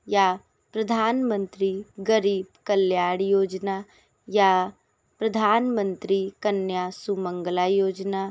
या प्रधानमंत्री ग़रीब कल्याण योजना या प्रधानमंत्री कन्या सुमंगला योजना